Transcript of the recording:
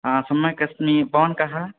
हा सम्यक् अस्मि भवान् कः